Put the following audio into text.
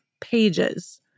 pages